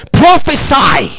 prophesy